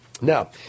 Now